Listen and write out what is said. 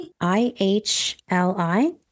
I-H-L-I